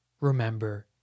Remember